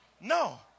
No